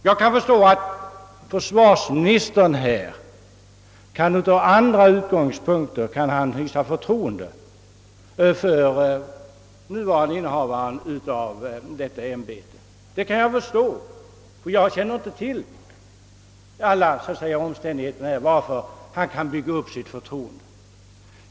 Jag kan förstå att försvarsministern från andra utgångspunkter kan hysa förtroende för den nuvarande innehavaren av detta ämbete, ty jag känner inte till alla omständigheter som gör att han kan bygga upp sitt förtroende.